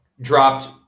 dropped